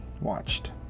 watched